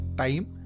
time